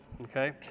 Okay